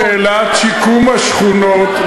לשאלת שיקום השכונות,